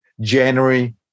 January